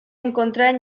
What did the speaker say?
encontrar